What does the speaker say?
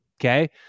Okay